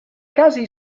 casi